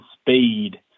speed